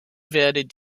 werdet